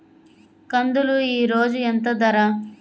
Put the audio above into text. కందులు ఈరోజు ఎంత ధర?